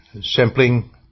sampling